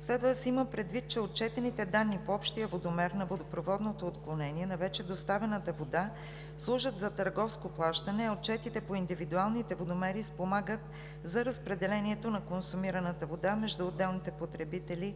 Следва да се има предвид, че отчетените данни по общия водомер на водопроводното отклонение на вече доставената вода служат за търговско плащане, а отчетите по индивидуалните водомери спомагат за разпределението на консумираната вода между отделните потребители